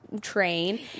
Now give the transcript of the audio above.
train